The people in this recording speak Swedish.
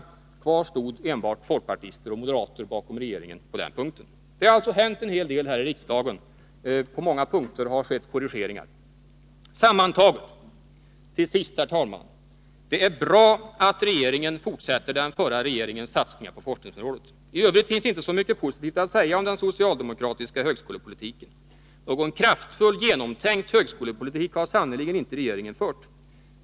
Kvar bakom regeringen stod endast folkpartister och moderater på den punkten. Det har alltså hänt en hel del här i riksdagen. På många punkter har korrigeringar skett. Till sist en sammanfattning, herr talman: Det är bra att regeringen fortsätter den förra regeringens satsningar på forskningsområdet. I övrigt finns inte så mycket positivt att säga om den socialdemokratiska högskolepolitiken. Någon kraftfull, genomtänkt högskolepolitik har sannerligen inte regeringen fört.